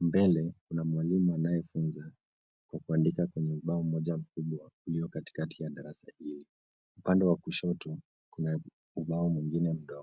Mbele kuna mwalimu anayefunza kwa kuandika kwenye ubao mmoja mkubwa, ulio katikati ya darasa hii. Upande wa kushoto, kuna ubao mwingine mdogo.